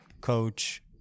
coach